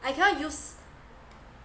I cannot use